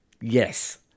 Yes